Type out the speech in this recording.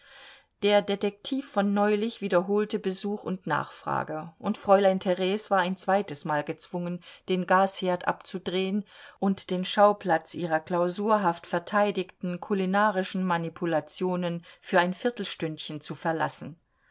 der detektiv von neulich wiederholte besuch und nachfrage und fräulein theres war ein zweites mal gezwungen den gasherd abzudrehen und den schauplatz ihrer klausurhaft verteidigten kulinarischen manipulationen für ein viertelstündchen zu verlassen